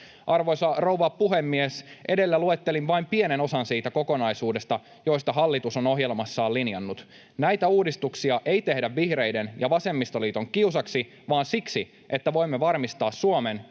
Arvoisa rouva puhemies! Edellä luettelin vain pienen osan siitä kokonaisuudesta, josta hallitus on ohjelmassaan linjannut. Näitä uudistuksia ei tehdä vihreiden ja vasemmistoliiton kiusaksi vaan siksi, että voimme varmistaa Suomen